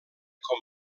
com